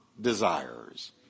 desires